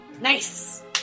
nice